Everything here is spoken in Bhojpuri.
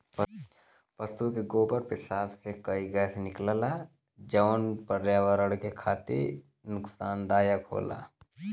पसु के गोबर पेसाब से कई गैस निकलला जौन पर्यावरण के खातिर नुकसानदायक होला